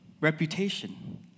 reputation